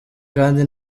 kandi